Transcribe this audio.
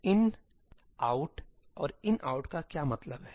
'in' 'out' और 'inout' का क्या मतलब है